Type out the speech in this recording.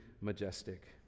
majestic